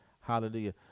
Hallelujah